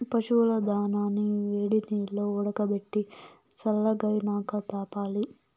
పశువుల దానాని వేడినీల్లో ఉడకబెట్టి సల్లగైనాక తాపాలి